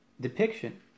depiction